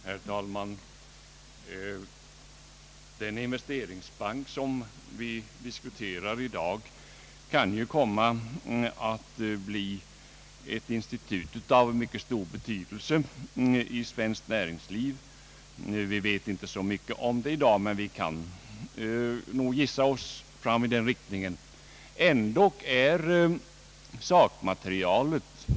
Herr talman! Den investeringsbank som vi diskuterar i dag kan ju komma att bli ett institut av mycket stor betydelse i svenskt näringsliv. Vi vet inte så mycket om det nu, men vi kan nog våga en gissning i den riktningen.